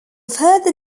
further